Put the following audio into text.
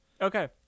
Okay